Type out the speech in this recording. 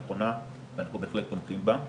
הכול ברור, למה אנחנו חשבנו כן שנכון